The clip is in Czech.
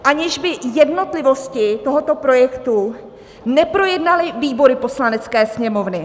Aniž by jednotlivosti tohoto projektu neprojednaly výbory Poslanecké sněmovny.